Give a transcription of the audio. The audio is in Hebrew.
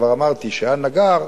כבר אמרתי שהיה נגר,